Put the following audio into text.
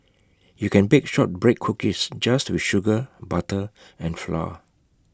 you can bake Shortbread Cookies just with sugar butter and flour